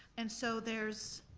and so there's,